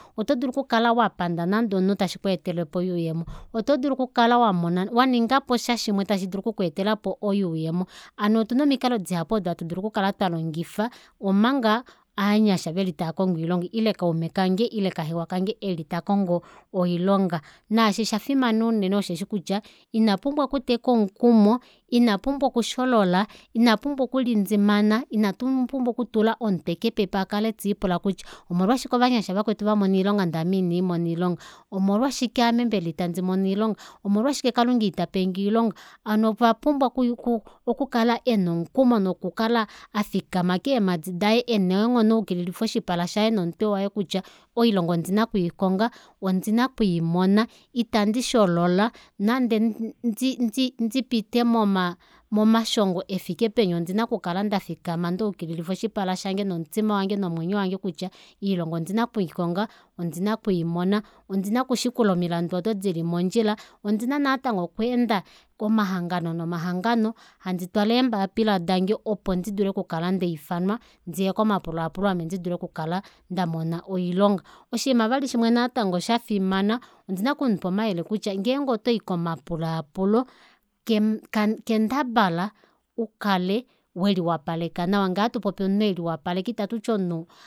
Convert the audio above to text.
Oto dulu okukala wapanda nande omunhu tashikweetelepo oyuuyemo otodulu okukala wamona waningaposha shimwe tashi dulu oku kweetelapo oyuuyemo hano otuna omikalo dihapu odo hatu dulu okukala twalongifa omanga aanyasha veli taakongo oilonga ile kaume kange ile kahewa kange eli takongo oilonga naashi shafimana unene osheshi kutya ina pumbwa outeka omukumo ina pumbwa okusholola ina pumbwa okulindimana ina pumbwa okutula omutwe kepepe akale tiipula kutya omolwashike ovanyasha vakwetu vamona oilonga ndee ame ina ndimona oilonga omolwashike aame mbela ita ndimono oilonga omolwashike kalunga itapenge oilonga ano okwa pumbwa okukala ena omukumo noku kala afikama keemadi daye ena eenghono aukililifa oshipala shaye nomutwe waye kutya oilonga ondina okwiikonga ondina okwiimona ita ndisholola nande ndi- ndi- ndipite moma momashongo efike peni ondina okukala ndafikama ndayukilila oshipala shange nomutima nomwenyo wange kutya oilonga ondina okwiikonga ondina okwiimona ondina okushikula omilandu odo dili mondjila ondina natango okweenda komahangano nomahangano handi twala eembapila dange opo ndidule okukala ndaifanwa ndiye komapulaapulo ame ndidule okukala ndamona oilonga oshinima shimwe vali natango shafimana ondina okumupa omayele kutya ngeenge otoyi komapulaapulo kendabala ukale weli wapaleka nawa ngee atupopi omunhu eliwapaleka itatuti omunhu